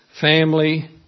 Family